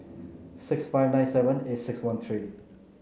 six five nine seven eight six one three